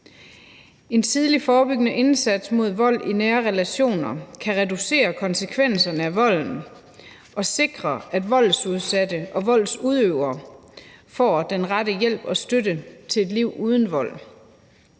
En tidlig forebyggende indsats mod vold i nære relationer kan reducere konsekvenserne af volden og sikre, at voldsudsatte og voldsudøvere får den rette hjælp og støtte til et liv uden vold.